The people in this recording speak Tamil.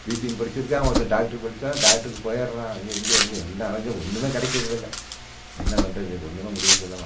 பிபிஎம் படிச்சுருக்கான் ஒருத்தன் டாக்டருக்கு படிச்சால் டாக்டருக்கு போயிடறான் அங்கே இங்கே எங்கே எல்லாம் அழைஞ்சும் ஒன்றுமே கிடைக்கிறதில்ல என்ன பண்ணுறது ஒன்றுமே முடியறதில்லமா